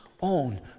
own